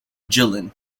jilin